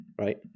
right